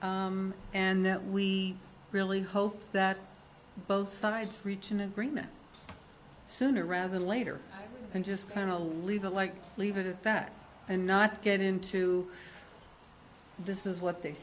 system and that we really hope that both sides reach an agreement sooner rather than later and just kind of illegal like leave it at that and not get into this is what they